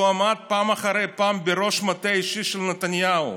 שהוא עמד פעם אחרי פעם בראש המטה האישי של נתניהו,